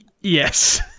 Yes